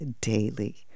daily